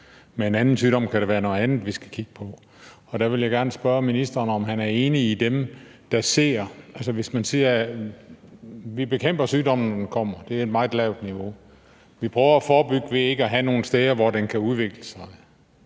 ved en anden sygdom kan der være noget andet, vi skal kigge på. Derfor vil jeg gerne spørge ministeren, om han er enig med dem, der ser på biodiversiteten i forhold til pandemier. Altså, vi siger, at vi bekæmper sygdommene, der kommer, men at det er et meget lavt niveau. Vi prøver at forebygge ved ikke at have nogle steder, hvor den kan udvikle sig,